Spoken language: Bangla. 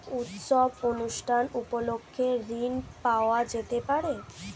উৎসব অনুষ্ঠান উপলক্ষে ঋণ পাওয়া যেতে পারে?